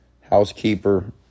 housekeeper